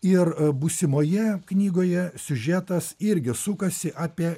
ir būsimoje knygoje siužetas irgi sukasi apie